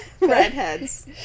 Redheads